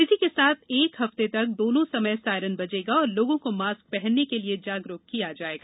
इसी के साथ एक हफ्ते तक दोनों समय सायरन बजेगा और लोगों को मास्क हनने के लिए जागरुक किया जाएगा